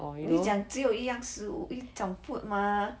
你讲只有一样食物一种 food mah